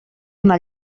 una